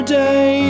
day